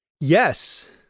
yes